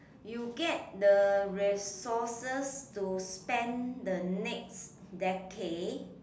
you get the resources to spend the next decade